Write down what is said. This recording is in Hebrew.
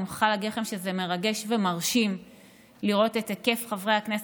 אני מוכרחה להגיד לכם שזה מרגש ומרשים לראות את היקף חברי הכנסת,